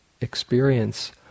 experience